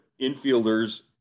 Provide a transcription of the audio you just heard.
infielders